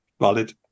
Valid